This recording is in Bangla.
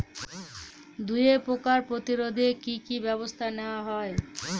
দুয়ে পোকার প্রতিরোধে কি কি ব্যাবস্থা নেওয়া হয়?